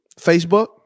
Facebook